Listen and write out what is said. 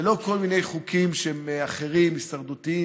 ולא כל מיני חוקים אחרים שהם הישרדותיים,